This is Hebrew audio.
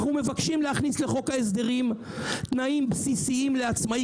אנחנו מבקשים להכניס לחוק ההסדרים תנאים בסיסיים לעצמאי,